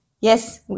Yes